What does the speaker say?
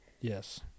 Yes